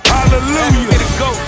Hallelujah